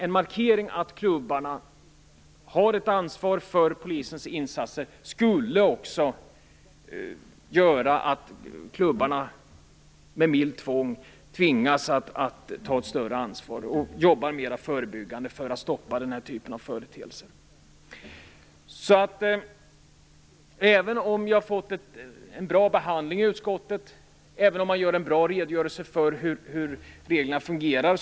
En markering av att klubbarna har ett ansvar för polisens insatser skulle göra att de tvingas att ta ett större ansvar och jobba mera förebyggande för att stoppa den här typen av företeelse. Motionen har fått en bra behandling i utskottet och man har gjort en bra redogörelse av hur reglerna fungerar.